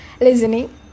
listening